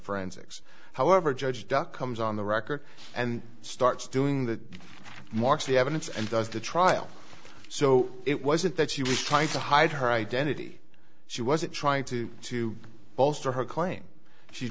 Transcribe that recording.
forensics however judge doc comes on the record and starts doing that marks the evidence and does the trial so it wasn't that she was trying to hide her identity she wasn't trying to bolster her claim she